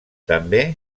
també